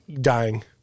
dying